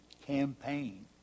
campaign